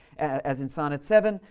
as in sonnet seven,